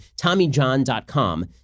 TommyJohn.com